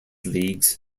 leagues